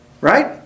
Right